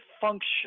function